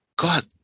God